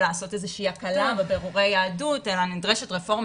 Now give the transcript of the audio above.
לעשות איזושהי הקלה בבירורי יהדות אלא נדרשת רפורמה